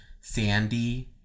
Sandy